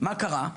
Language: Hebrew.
מה קרה?